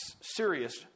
serious